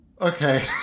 Okay